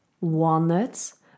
walnuts